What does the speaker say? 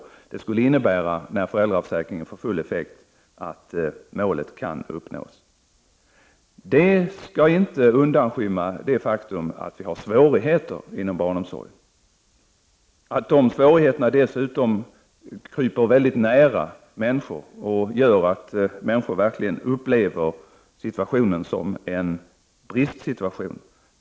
Det skulle innebära att det uppsatta målet kan uppnås när föräldraförsäkringen får full effekt. Det får dock inte undanskymma det faktum att vi har svårigheter inom barnomsorgen och att de svårigheterna dessutom kryper väldigt nära människor. Därför upplever människor självfallet situationen som en bristsituation.